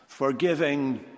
forgiving